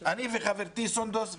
חברת הכנסת סונדוס סאלח,